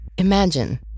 Imagine